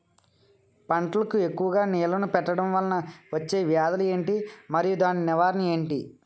పంటలకు ఎక్కువుగా నీళ్లను పెట్టడం వలన వచ్చే వ్యాధులు ఏంటి? మరియు దాని నివారణ ఏంటి?